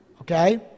Okay